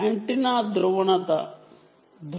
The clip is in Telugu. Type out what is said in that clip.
antenna polarisation